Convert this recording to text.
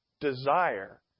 desire